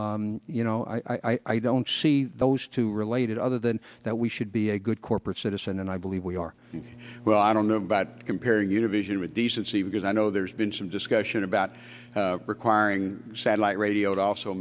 you know i don't see those two related other than that we should be a good corporate citizen and i believe we are well i don't know about comparing univision with decency because i know there's been some discussion about requiring satellite radio to also